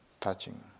touching